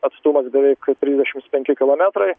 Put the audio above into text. atstumas beveik trisdešims penki kilometrai